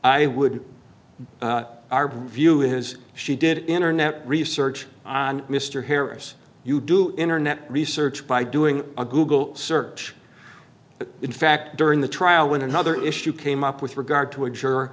would view his she did internet research on mr harris you do internet research by doing a google search but in fact during the trial when another issue came up with regard to assure